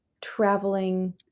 traveling